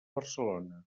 barcelona